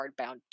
hardbound